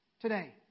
today